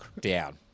down